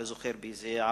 אני לא זוכר באיזה ערוץ,